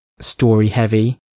story-heavy